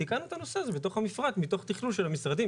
תיקנו את הנושא הזה בתוך המפרט מתוך תכלול של המשרדים.